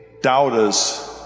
doubters